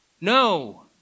No